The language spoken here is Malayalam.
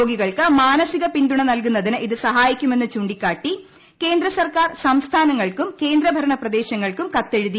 രോഗികൾക്ക് മാനസിക പിന്തുണ നൽകുന്നതിന് ഇത് സഹായിക്കുമെന്ന് ചൂണ്ടിക്കാട്ടി കേന്ദ്ര സർക്കാർ സംസ്ഥാനങ്ങൾക്കും കേന്ദ്ര ഭരണ പ്രദേശങ്ങൾക്കും കത്തെഴുതി